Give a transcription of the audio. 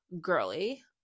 girly